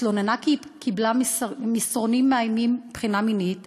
התלוננה כי היא קיבלה מסרונים מאיימים מבחינה מינית